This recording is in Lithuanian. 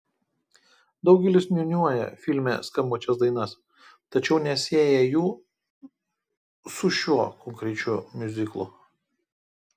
daugelis niūniuoja filme skambančias dainas tačiau nesieja jų su šiuo konkrečiu miuziklu